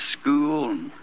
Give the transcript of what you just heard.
school